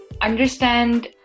understand